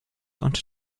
und